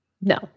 No